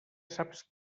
saps